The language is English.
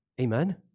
Amen